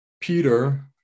Peter